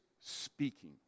speaking